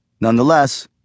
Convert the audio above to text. Nonetheless